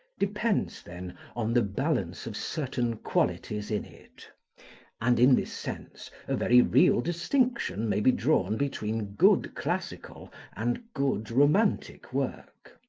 depends, then, on the balance of certain qualities in it and in this sense, a very real distinction may be drawn between good classical and good romantic work.